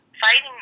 fighting